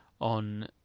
on